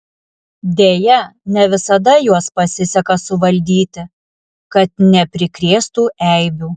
deja ne visada juos pasiseka suvaldyti kad neprikrėstų eibių